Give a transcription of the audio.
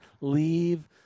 leave